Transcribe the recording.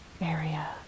area